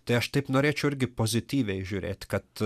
tai aš taip norėčiau irgi pozityviai žiūrėti kad